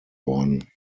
worden